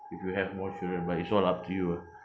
if you have more children but it's all up to you lah